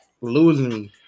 losing